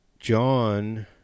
John